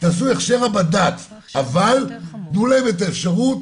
תעשו הכשר הבד"ץ אבל תנו להם את האפשרות